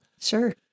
Sure